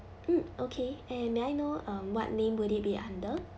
mm okay and may I know um what name would it be under